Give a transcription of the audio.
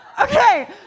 Okay